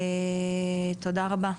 תודה רבה.